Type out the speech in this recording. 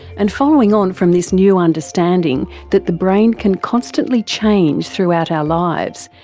and following on from this new understanding that the brain can constantly change throughout our lives,